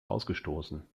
ausgestoßen